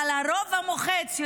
אבל הרוב המוחץ,